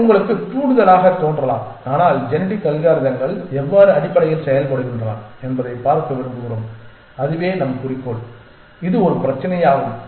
இது உங்களுக்கு தூண்டுதலாகத் தோன்றலாம் ஆனால் ஜெனடிக் அல்காரிதங்கள் எவ்வாறு அடிப்படையில் செயல்படுகின்றன என்பதைப் பார்க்க விரும்புகிறோம் அதுவே நம் குறிக்கோள் இது ஒரு பிரச்சினையாகும்